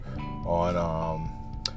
on